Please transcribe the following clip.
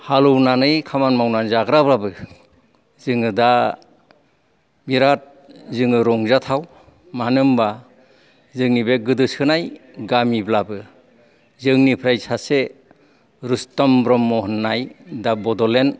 हालौनानै खामानि मावनानै जाग्रा बाबो जोङो दा बिराथ जोङो रंजाथाव मानो होनबा जोंनि बे गोदोसोनाय गामिब्लाबो जोंनिफ्राय सासे रुसथम ब्रह्म होननाय दा बड'लेण्ड